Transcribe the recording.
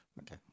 Okay